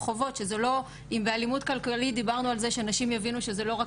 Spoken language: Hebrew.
אז פה נשים צריכות להבין שזה לא רק מישהו שרק שומר עליהן,